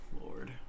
lord